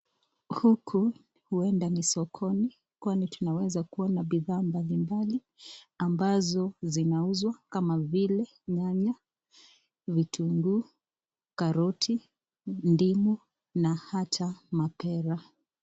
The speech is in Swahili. Huku huenda ni sokoni, kwani tunaweza kuona bidhaa mbalimbali ambazo zinauzwa kama vile nyanya, vitunguu, karoti, ndimu na hata mapera.